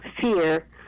fear